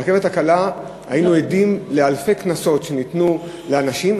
ברכבת הקלה היינו עדים לאלפי קנסות שניתנו לאנשים,